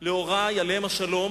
להורי עליהם השלום,